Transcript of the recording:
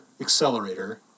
accelerator